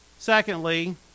Secondly